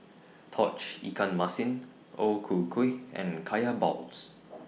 Tauge Ikan Masin O Ku Kueh and Kaya Balls